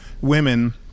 women